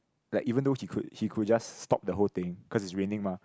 like even though he could he could just stop the whole thing cause is raining mah